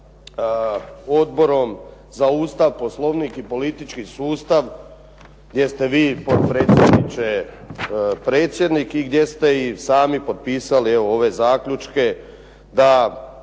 Odborom za Ustav, Poslovnik i politički sustav gdje ste vi potpredsjedniče predsjednik i gdje ste i sami potpisali evo ove zaključke da